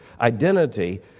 identity